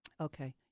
okay